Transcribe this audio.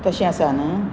तशें आसा न्हू